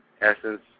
Essence